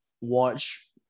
watch